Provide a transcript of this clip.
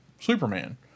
Superman